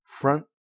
front